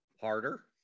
harder